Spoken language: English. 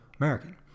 American